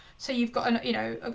so you've got an, you know,